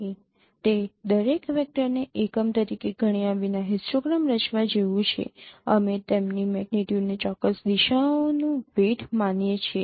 તેથી તે દરેક વેક્ટરને એકમ તરીકે ગણ્યા વિના હિસ્ટોગ્રામ રચવા જેવું છે અમે તેમની મેગ્નીટ્યુડને તે ચોક્કસ દિશાઓનું વેઈટ માનીએ છીએ